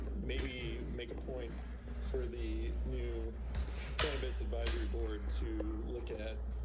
maybe make a point for the new cannabis advisory board to look at